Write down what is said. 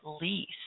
least